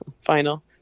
final